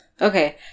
Okay